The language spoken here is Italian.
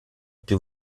più